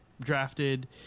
drafted